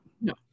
No